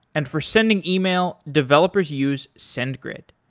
and for sending email developers use sendgrid.